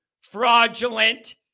fraudulent